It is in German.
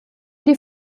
die